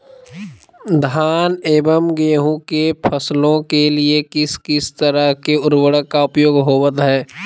धान एवं गेहूं के फसलों के लिए किस किस तरह के उर्वरक का उपयोग होवत है?